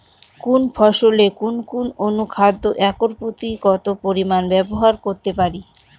কোন ফসলে কোন কোন অনুখাদ্য একর প্রতি কত পরিমান ব্যবহার করতে পারি?